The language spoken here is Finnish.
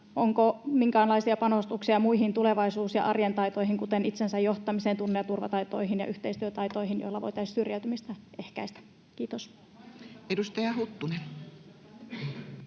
onko minkäänlaisia panostuksia muihin tulevaisuus- ja arjen taitoihin, kuten itsensä johtamiseen, tunne- ja turvataitoihin ja yhteistyötaitoihin, joilla voitaisiin syrjäytymistä ehkäistä? — Kiitos. [Sari Sarkomaa: